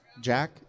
Jack